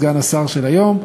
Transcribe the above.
סגן השר היום,